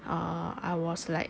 uh I was like